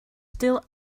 still